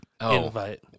Invite